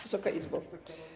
Wysoka Izbo!